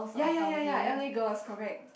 ya ya ya ya l_a Girls correct